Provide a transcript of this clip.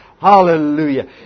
hallelujah